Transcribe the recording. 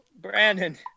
brandon